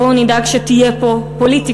בואו נדאג שתהיה פה פוליטיקה,